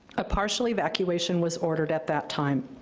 a partial evacuation was ordered at that time.